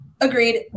Agreed